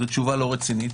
זו תשובה לא רצינית.